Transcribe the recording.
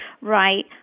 Right